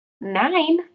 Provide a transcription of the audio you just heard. nine